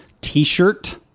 t-shirt